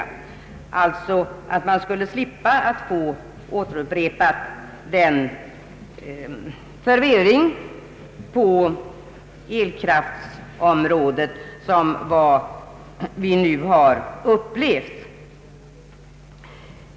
Vi måste få slippa en upprepning av den förvirring på elkraftsområdet som vi nu har upplevt.